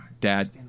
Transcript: dad